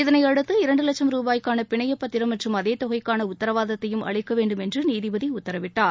இதனையடுத்து இரண்டு வட்சும் ருபாய்க்கான பிணையப்பத்திரம் மற்றும் அதே தொகைக்கான உத்தரவாதத்தையும் அளிக்க வேண்டும் என்று நீதிபதி உத்ததரவிட்டார்